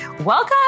welcome